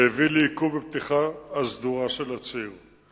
שהביא לעיכוב בפתיחה הסדורה של הציר.